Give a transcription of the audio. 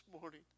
morning